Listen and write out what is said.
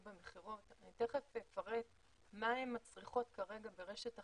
במכירות" ואפרט מה הן הצריכות כרגע ברשת החלוקה,